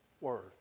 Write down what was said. word